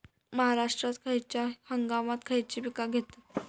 महाराष्ट्रात खयच्या हंगामांत खयची पीका घेतत?